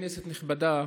כנסת נכבדה,